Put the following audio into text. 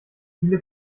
viele